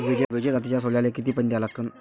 विजय जातीच्या सोल्याले किती पानी द्या लागन?